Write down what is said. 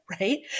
right